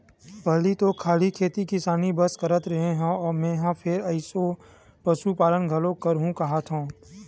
पहिली तो खाली खेती किसानी बस करत रेहे हँव मेंहा फेर एसो पसुपालन घलोक करहूं काहत हंव